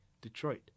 Detroit